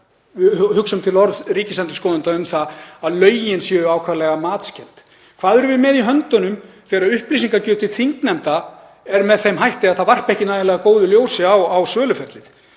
við hugsum til orða ríkisendurskoðanda um að lögin séu ákaflega matskennd? Hvað erum við með í höndunum þegar upplýsingagjöf til þingnefnda er með þeim hætti að hún varpi ekki nægilega góðu ljósi á söluferlið?